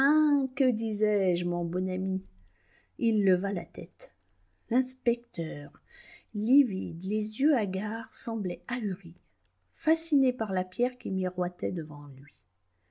que disais-je mon bon ami il leva la tête l'inspecteur livide les yeux hagards semblait ahuri fasciné par la pierre qui miroitait devant lui